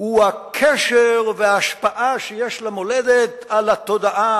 הוא הקשר וההשפעה שיש למולדת על התודעה,